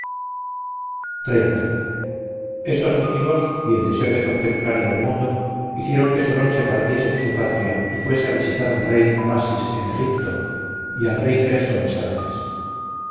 estos motivos y el deseo de contemplar y ver mundo hicieron que solón se partiese de su patria y fuese a visitar al rey amasis en egipto y al rey creso en sardes